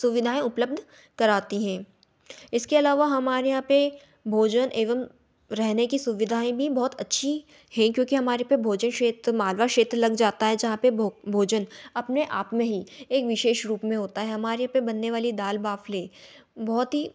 सुविधाएँ उपलब्ध करवाती हैं इसके अलावा हमारे यहाँ पर भोजन एवम रहने की सुविधाएँ भी बहुत अच्छी हैं क्योंकि हमारे यहाँ पर भोजन क्षेत मालवा क्षेत्र लग जाता है जहाँ पर भोजन अपने आप में ही एक विशेष रूप में होता है हमारे यहाँ पर बनने वाली दाल बाफ़ले बहुत ही